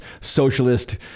socialist